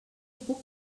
puc